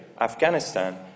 Afghanistan